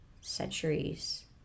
centuries